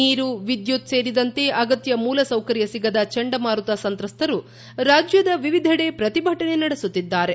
ನೀರು ವಿದ್ಯುತ್ ಸೇರಿದಂತೆ ಅಗತ್ಯ ಮೂಲಸೌಕರ್ಯ ಸಿಗದ ಚಂಡಮಾರುತ ಸಂತ್ರಸ್ತರು ರಾಜ್ಯದ ವಿವಿಧೆಡೆ ಪ್ರತಿಭಟನೆ ನಡೆಸುತ್ತಿದ್ದಾರೆ